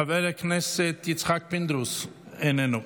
חבר הכנסת יצחק פינדרוס, איננו.